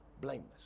blameless